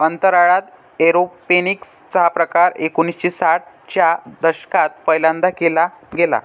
अंतराळात एरोपोनिक्स चा प्रकार एकोणिसाठ च्या दशकात पहिल्यांदा केला गेला